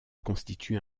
constitue